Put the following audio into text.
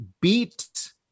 beat